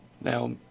Now